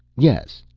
yes,